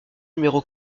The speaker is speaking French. numéro